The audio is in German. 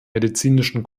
medizinischen